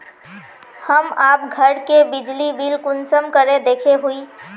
हम आप घर के बिजली बिल कुंसम देखे हुई?